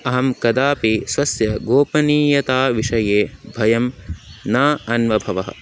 अहं कदापि स्वस्य गोपनीयताविषये भयं न अन्वभवम्